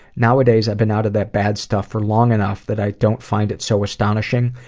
nowadays, i've been out of that bad stuff for long enough that i don't find it so astonishing,